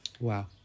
Wow